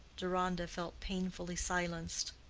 deronda felt painfully silenced.